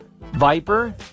Viper